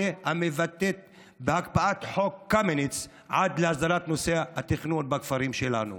המתבטאת בהקפאת חוק קמיניץ עד להסדרת נושא התכנון בכפרים שלנו.